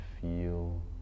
feel